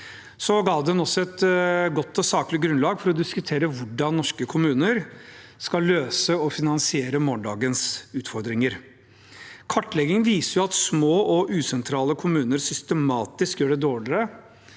– ga det oss et godt og saklig grunnlag for å diskutere hvordan norske kommuner skal løse og finansiere morgendagens utfordringer. Kartleggingen viser at små og usentrale kommuner systematisk gjør det dårligere,